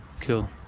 cool